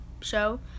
show